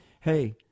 hey